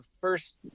first